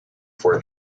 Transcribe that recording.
for